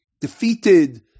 defeated